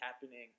happening